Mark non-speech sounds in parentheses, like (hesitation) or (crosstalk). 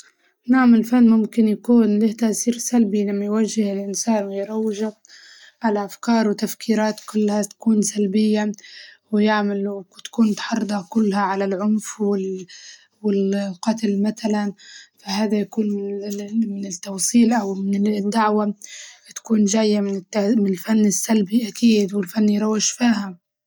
نعم الفن ممكن يكون له تاثير سلبي لما يوجه الإنسان ويروجه على أفكار وتفكيرات كلها تكون سلبية، ويعملوا وتكون تحرضه كلها على العنف وال- وال- القتل متلاً فهذا يكون (hesitation) من التوصيل أو من الدعوة تكون جاية من الت- من الفن السلبي أكيد، والفن يروج فيها.